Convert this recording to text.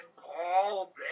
Paul